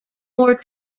more